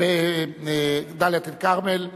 דאלית-אל-כרמל,